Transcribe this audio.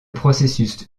processus